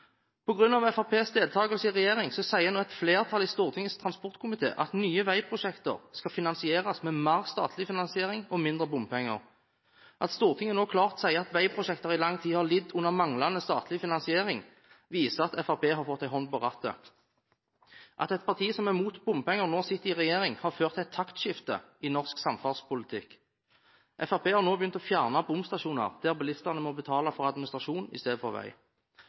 i regjering sier nå et flertall i Stortingets transportkomité at nye veiprosjekter skal finansieres med mer statlig finansiering og mindre bompenger. At Stortinget nå klart sier at veiprosjekter i lang tid har lidd under manglende statlig finansiering viser at Fremskrittspartiet har fått en hånd på rattet. At et parti som er mot bompenger nå sitter i regjering, har ført til et taktskifte i norsk samferdselspolitikk. Fremskrittspartiet har nå begynt å fjerne bomstasjoner, der bilistene må betale for administrasjon istedenfor vei. I